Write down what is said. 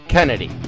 Kennedy